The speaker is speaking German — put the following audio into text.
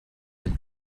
dem